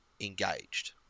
engaged